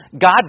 God